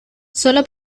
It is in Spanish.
solo